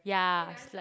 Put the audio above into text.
ya it's like